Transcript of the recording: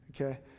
okay